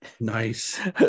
Nice